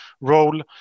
role